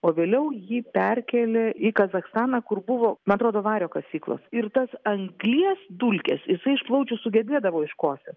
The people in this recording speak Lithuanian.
o vėliau jį perkėlė į kazachstaną kur buvo man atrodo vario kasyklos ir tas anglies dulkes jisai iš plaučių sugebėdavo iškosėt